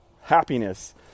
happiness